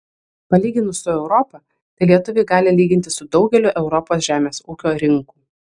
palyginus su europa tai lietuviai gali lygintis su daugeliu europos žemės ūkio rinkų